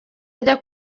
ajya